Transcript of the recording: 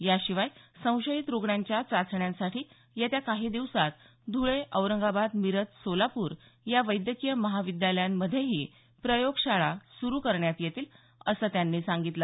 याशिवाय संशयित रूग्णांच्या चाचण्यांसाठी येत्या काही दिवसात धुळे औरंगाबाद मिरज सोलापूर या वैद्यकीय महाविद्यालयांमध्ये प्रयोगशाळा सुरू करण्यात येतील असंही त्यांनी सांगितलं